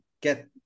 get